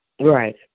Right